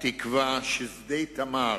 תקווה שב"שדה תמר",